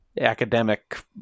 academic